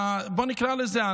בוא נקרא לזה,